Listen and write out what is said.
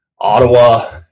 Ottawa